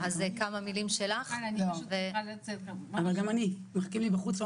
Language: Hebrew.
אז כמה מילים שלך --- גם לי מחכים בחוץ.